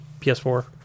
PS4